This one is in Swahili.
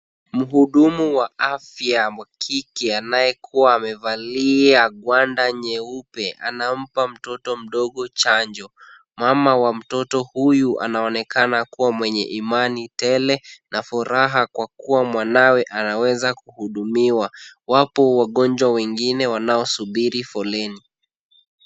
Mhudumu wa afya wa kike anayekuwa amevalia gwanda nyeupe, anampa mtoto mdogo chanjo. Mama wa mtoto huyu anaonekana kuwa mwenye imani tele na furaha kwa kuwa mwanawe anaweza kuhudumiwa. Wapo wagonjwa wengine wanaosubiri foleni.